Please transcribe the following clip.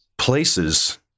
places